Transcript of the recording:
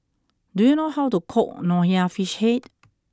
do you know how to cook Nonya Fish Head